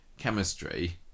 chemistry